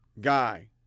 guy